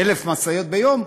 כ-1,000 משאיות ביום,